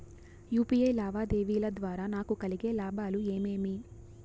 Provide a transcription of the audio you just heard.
UPI లావాదేవీల ద్వారా నాకు కలిగే లాభాలు ఏమేమీ?